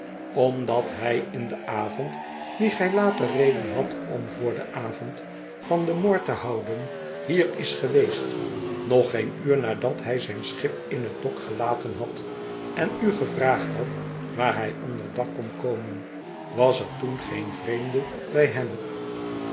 omdat hij in den avond dien gij later reden hadt om voor den avond van den moord te houden hier is geweest nog geen uur nadat hij zijn schip in het dok gelaten had en u gevraagd had waar hij onder dak kon komen was er toen geen vreemde bij hem